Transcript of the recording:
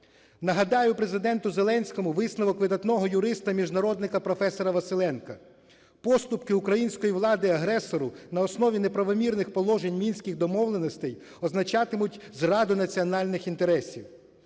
Нагадаю Президенту Зеленському висновок видатного юриста-міжнародника професора Василенка: "Поступки української влади агресору на основі неправомірних положень Мінських домовленостей означатимуть зраду національних інтересів.